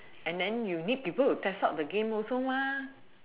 and then you need people to test out the game also